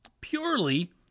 Purely